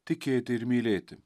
tikėti ir mylėti